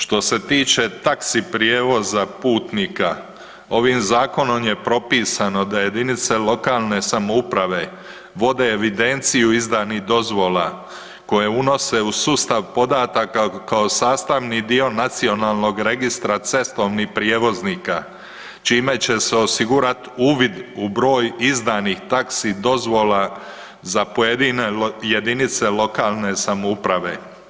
Što se tiče taksi prijevoza putnika, ovim zakonom je propisano da jedinice lokalne samouprave vode evidenciju izdanih dozvola koje unose u sustav podataka kao sastavni dio nacionalnog registra cestovnih prijevoznika čime će se osigurati uvid u broj izdanih taksi dozvola za pojedine jedinice lokalne samouprave.